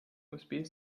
usb